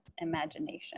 imagination